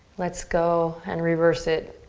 let's go and reverse it.